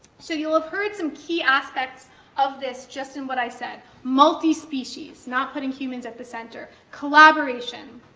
so you'll have heard some key aspects of this just in what i said. multi-species, not putting humans at the center, collaboration,